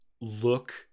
look